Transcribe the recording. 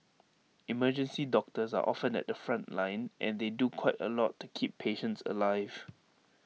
emergency doctors are often at the front line and they do quite A lot to keep patients alive